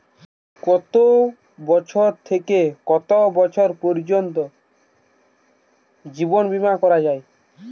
কতো বয়স থেকে কত বয়স পর্যন্ত জীবন বিমা করা যায়?